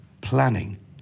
planning